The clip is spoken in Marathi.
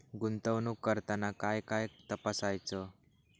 गुंतवणूक करताना काय काय तपासायच?